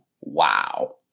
Wow